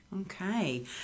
Okay